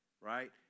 right